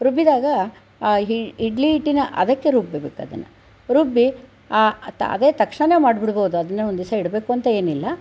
ರುಬ್ಬಿದಾಗ ಆ ಇಡ್ ಇಡ್ಲಿ ಹಿಟ್ಟಿನ ಹದಕ್ಕೆ ರುಬ್ಬಬೇಕು ಅದನ್ನು ರುಬ್ಬಿ ಆ ಅದೇ ತಕ್ಷಣನೇ ಮಾಡಿಬಿಡ್ಬಹುದು ಒಂದಿವಸ ಇಡಬೇಕು ಅಂತೇನಿಲ್ಲ